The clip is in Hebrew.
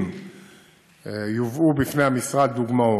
אם יובאו בפני המשרד דוגמאות,